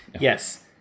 Yes